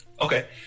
Okay